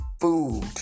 Food